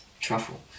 truffle